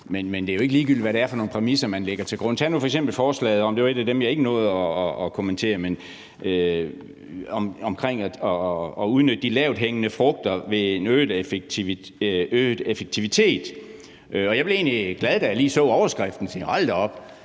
Men det er jo ikke ligegyldigt, hvad det er for nogle præmisser, man lægger til grund. Tag nu f.eks. forslaget om at udnytte de lavthængende frugter ved en øget effektivitet, som var et af dem, jeg ikke nåede at